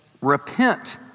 Repent